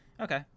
okay